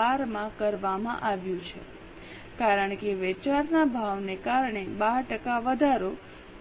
12 માં કરવામાં આવ્યું છે કારણ કે વેચાણના ભાવને કારણે 12 ટકા વધારો